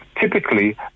typically